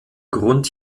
grund